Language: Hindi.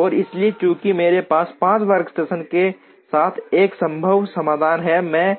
और इसलिए चूंकि मेरे पास 5 वर्कस्टेशनों के साथ एक संभव समाधान है मैं